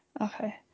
Okay